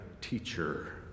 teacher